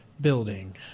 building